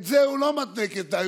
את זה הוא לא מתנה כתנאי.